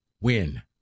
win